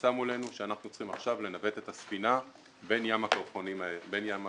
שנמצא מולנו שאנחנו צריכים עכשיו לנווט את הספינה בין ים הקרחונים הזה,